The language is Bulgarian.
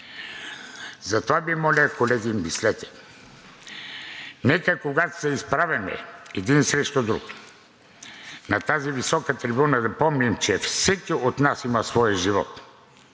Затова Ви моля, колеги, мислете! Нека, когато се изправяме един срещу друг на тази висока трибуна, да помним, че всеки от нас има в своя живот